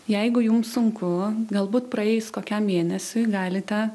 jeigu jums sunku galbūt praėjus kokiam mėnesiui galite